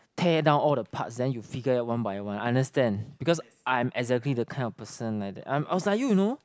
tear down all the part then you figure it out one by one I understand because I am exactly the kind of person like that I was like you you know